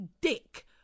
dick